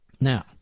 Now